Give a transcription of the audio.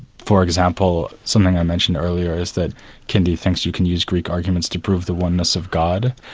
for example, something i mentioned earlier is that kindi thinks you can use greek arguments to prove the oneness of god,